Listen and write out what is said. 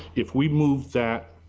if we mover that